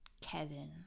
Kevin